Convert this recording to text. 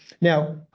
Now